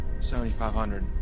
7,500